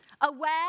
Aware